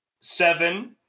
Seven